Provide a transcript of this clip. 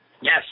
Yes